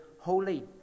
holy